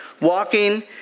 walking